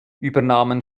übernahmen